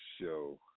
show